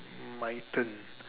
my turn